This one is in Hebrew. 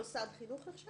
זה נחשב מוסד חינוך?